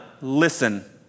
listen